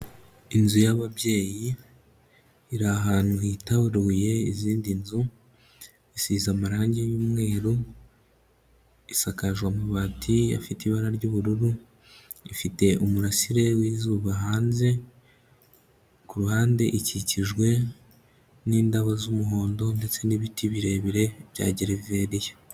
Inzu y'ababyeyi iri ahantu hitaruye izindi nzu, isize amarangi y'umweru, isakajwe amabati afite ibara ry'ubururu, ifite umurasire w'izuba hanze, ku ruhande ikikijwe n'indabo z'umuhondo ndetse n'ibiti birebire bya gereveriya.